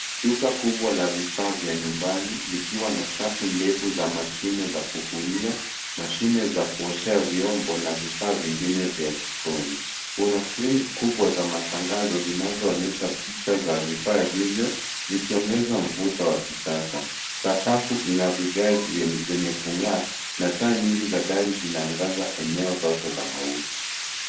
Duka kubwa la vifaa vya nyumbani likiwa na safu ndefu za mashine za kufulia, mashine za kuoshea vyombo na vifaa vingine vya jikoni. Kuna skrini kubwa za matangazo zinazoonyesha picha za vifaa hivyo zikiongeza mvuto wa kisasa. Sakafu ina vigae zenye kung'aa na taa nyingi za dari zinaangaza eneo lote la mauzo.